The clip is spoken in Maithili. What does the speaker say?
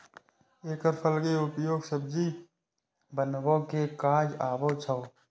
एकर फल के उपयोग सब्जी बनबै के काज आबै छै